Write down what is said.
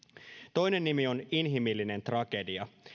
toinen nimi on inhimillinen tragedia